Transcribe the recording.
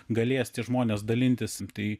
galės tie žmones dalintis tai